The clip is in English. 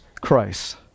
Christ